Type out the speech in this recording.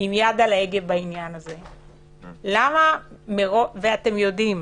עם יד על ההגה בעניין הזה, ואתם יודעים